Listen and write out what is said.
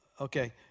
okay